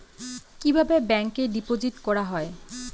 কিভাবে ব্যাংকে ডিপোজিট করা হয়?